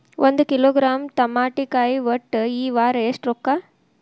ಒಂದ್ ಕಿಲೋಗ್ರಾಂ ತಮಾಟಿಕಾಯಿ ಒಟ್ಟ ಈ ವಾರ ಎಷ್ಟ ರೊಕ್ಕಾ?